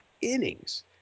innings